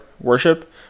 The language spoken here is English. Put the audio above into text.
worship